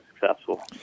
successful